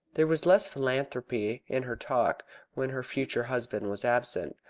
there was less philanthropy in her talk when her future husband was absent,